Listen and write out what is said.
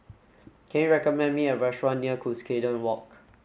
can you recommend me a restaurant near Cuscaden Walk